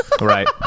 right